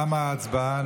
תמה ההצבעה.